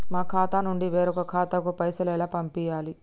మా ఖాతా నుండి వేరొక ఖాతాకు పైసలు ఎలా పంపియ్యాలి?